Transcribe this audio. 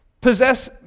possess